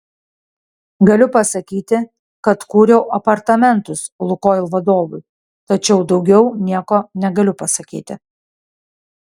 galiu pasakyti kad kūriau apartamentus lukoil vadovui tačiau daugiau nieko negaliu pasakyti